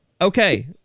okay